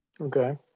Okay